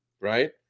right